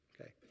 Okay